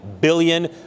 billion